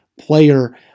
player